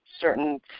certain